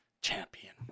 Champion